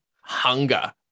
hunger